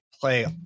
play